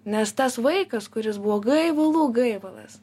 nes tas vaikas kuris buvo gaivalų gaivalas